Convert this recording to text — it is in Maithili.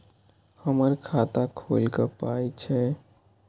हमर खाता खौलैक पाय छै